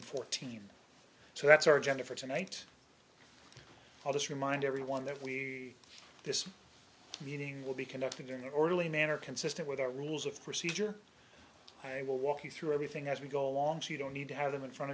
n fourteen so that's our agenda for tonight i'll just remind everyone that we this meeting will be conducted in the orderly manner consistent with our rules of procedure i will walk you through everything as we go along so you don't need to have them in front